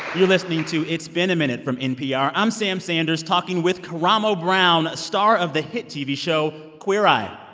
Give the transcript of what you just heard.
you're listening to it's been a minute from npr. i'm sam sanders talking with karamo brown, star of the hit tv show queer eye.